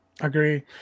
agree